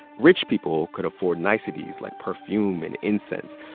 rich people could afford niceties like perfume and incense,